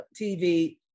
TV